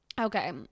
okay